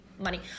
Money